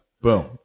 Boom